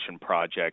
project